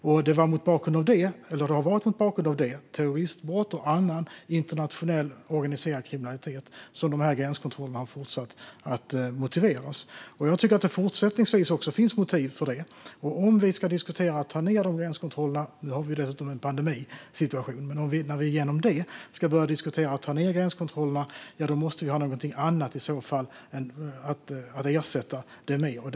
Det har varit mot bakgrund av det - terroristbrott och annan internationell organiserad kriminalitet - som dessa gränskontroller har fortsatt att motiveras. Jag tycker att det finns motiv för detta också fortsättningsvis. Nu har vi en pandemisituation, men när vi är igenom den och börjar en diskussion om att ta bort gränskontrollerna måste vi ha något annat att ersätta dem med.